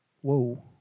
Whoa